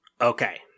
Okay